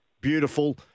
beautiful